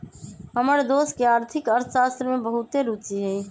हमर दोस के आर्थिक अर्थशास्त्र में बहुते रूचि हइ